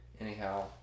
Anyhow